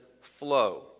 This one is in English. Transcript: flow